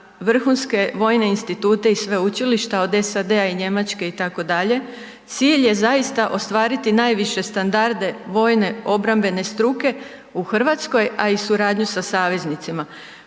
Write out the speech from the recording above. vrhunske vojne institute i sveučilišta, od SAD-a i Njemačke, itd. Cilj je zaista ostvariti najviše standarde vojne obrambene struke u Hrvatskoj, a i suradnju sa saveznicima.